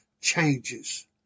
changes